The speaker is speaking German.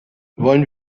wollen